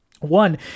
one